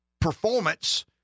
Performance